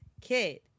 kid